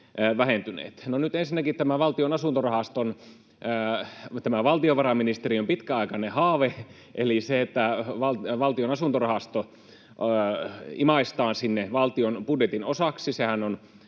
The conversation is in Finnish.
ensinnäkin tämä valtiovarainministeriön pitkäaikainen haave eli se, että Valtion asuntorahasto imaistaan sinne valtion budjetin osaksi,